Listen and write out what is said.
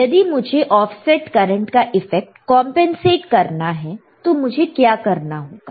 यदि मुझे offset current का इफेक्ट कंपनसेट करना है तो मुझे क्या करना होगा